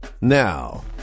Now